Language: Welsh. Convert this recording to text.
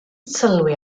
sylwi